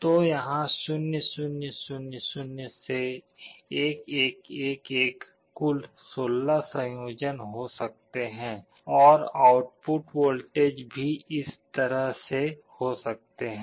तो यहाँ 0 0 0 0 से 1 1 1 1 कुल 16 संयोजन हो सकते हैं और आउटपुट वोल्टेज भी इस तरह से हो सकते हैं